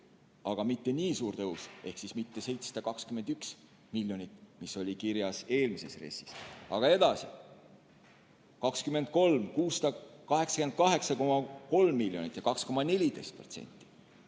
aga mitte nii suur tõus, ehk mitte 721 miljonit, mis oli kirjas eelmises RES‑is. Aga edasi. 2023 on 688,3 miljonit ja 2,14%,